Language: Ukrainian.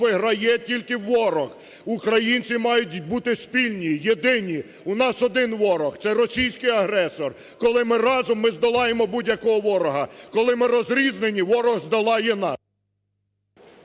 виграє тільки ворог. Українці мають бути спільні, єдині, у нас один ворог – це російський агресор! Коли ми разом, ми здолаємо будь-якого ворога, коли ми розрізнені – ворог здолає нас.